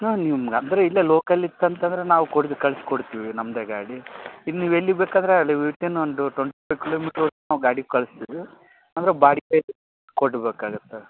ಹಾಂ ನಿಮ್ಗೆ ಅಂದರೆ ಇಲ್ಲೇ ಲೋಕಲ್ ಇತ್ತು ಅಂತಂದ್ರೆ ನಾವು ಕೊಡು ಕಳಿಸ್ಕೊಡ್ತೀವಿ ನಮ್ದೇ ಗಾಡಿ ಇನ್ನು ನೀವು ಎಲ್ಲಿಗೆ ಬೇಕಾದ್ರೂ ಅಲ್ಲಿಗೆ ವಿತಿನ್ ಒಂದು ಟೊಂಟಿ ಕಿಲೋಮೀಟ್ರ್ವರ್ಗೂ ನಾವು ಗಾಡಿ ಕಳಿಸ್ತೀವಿ ಅಂದರೆ ಬಾಡ್ಗೆ ಕೊಡ್ಬೇಕಾಗುತ್ತೆ